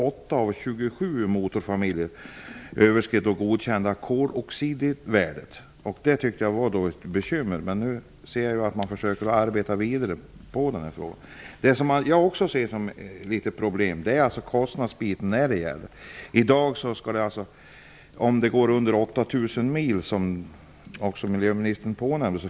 8 av 27 motorfamiljer överskred det godkända koloxidvärdet. Det tyckte jag var ett bekymmer. Nu ser jag att man försöker att arbeta vidare med denna fråga. Något som jag också ser som något av ett problem är kostnadsfrågan. Om bilen gått mindre än 8 000 mil finns det klara regler, som miljöministern påpekade.